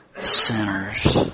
sinners